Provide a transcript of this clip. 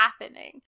happening